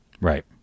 right